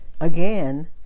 again